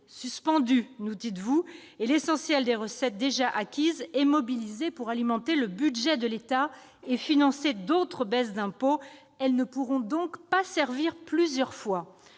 suspendues, nous dites-vous -et l'essentiel des recettes déjà acquises est mobilisé pour alimenter le budget de l'État et financer d'autres baisses d'impôts ; elles ne pourront donc servir plusieurs fois